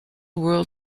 world